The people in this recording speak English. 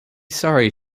sorry